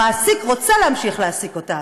המעסיק רוצה להמשיך להעסיק אותן.